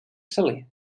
saler